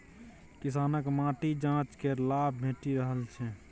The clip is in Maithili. किसानकेँ माटिक जांच केर लाभ भेटि रहल छै